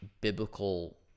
biblical